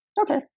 okay